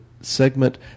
segment